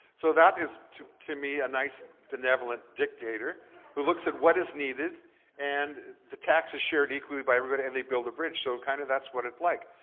so that is to to me a nice benevolent dictator who looks at what is needed and the tax are shared equally by everyone and they build a bridge so kind of that's what it's like.